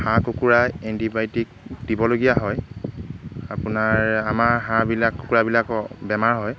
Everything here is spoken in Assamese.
হাঁহ কুকুৰা এণ্টিবায়'টিক দিবলগীয়া হয় আপোনাৰ আমাৰ হাঁহবিলাক কুকুৰাবিলাকৰ বেমাৰ হয়